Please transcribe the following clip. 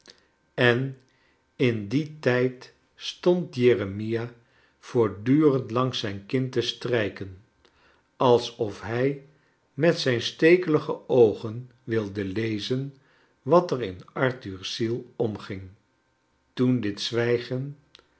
en in dien tijd stond jeremia voortdurend langs zijn kin te strijken alsof hij met zijn slekelige oogen wilde lezen wat er in arthur's ziel omging toen dit zwijgen